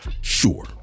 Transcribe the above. sure